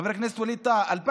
חבר הכנסת ווליד טאהא, 2,500,